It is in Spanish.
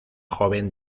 joven